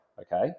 Okay